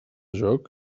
joc